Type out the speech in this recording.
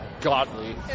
godly